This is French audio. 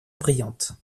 brillantes